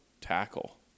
tackle